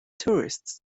tourists